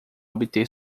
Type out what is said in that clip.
obter